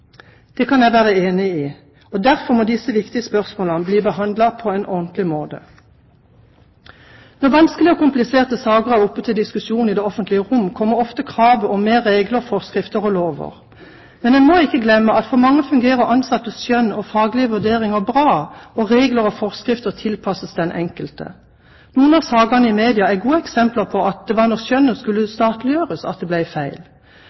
Det kan jeg være enig i. Derfor må disse viktige spørsmålene bli behandlet på en ordentlig måte. Når vanskelige og kompliserte saker er oppe til diskusjon i det offentlige rom, kommer ofte kravet om flere regler, forskrifter og lover. Men en må ikke glemme at for mange fungerer ansattes skjønn og faglige vurderinger bra, og regler og forskrifter tilpasses den enkelte. Noen av sakene i media er gode eksempler på at det er når skjønnet skal statliggjøres, at det blir feil.